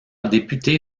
député